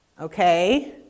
Okay